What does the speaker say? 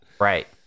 Right